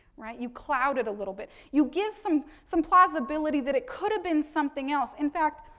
right, you cloud it a little bit. you give some some plausibility that it could've been something else. in fact,